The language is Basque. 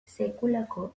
sekulako